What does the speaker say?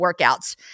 workouts